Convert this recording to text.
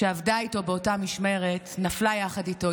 שעבדה איתו באותה משמרת, נפלה יחד איתו.